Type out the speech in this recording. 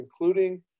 including